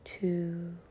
two